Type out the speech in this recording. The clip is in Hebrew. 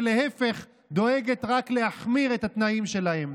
ולהפך, דואגת רק להחמיר את התנאים שלהם.